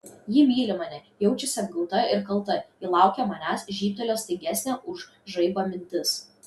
ji myli mane jaučiasi apgauta ir kalta ji laukia manęs žybtelėjo staigesnė už žaibą mintis